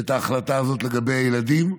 את ההחלטה הזאת לגבי הילדים,